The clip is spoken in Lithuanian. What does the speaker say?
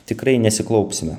tikrai nesiklaupsime